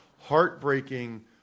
Heartbreaking